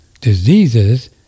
diseases